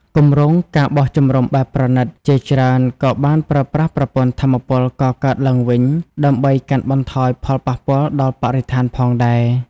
គម្រោង ការបោះជំរំបែបប្រណីត ជាច្រើនក៏បានប្រើប្រាស់ប្រព័ន្ធថាមពលកកើតឡើងវិញ ដើម្បីកាត់បន្ថយផលប៉ះពាល់ដល់បរិស្ថានផងដែរ។